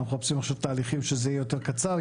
אנחנו מחפשים עכשיו תהליכים שזה יהיה יותר קצר,